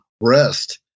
rest